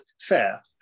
fair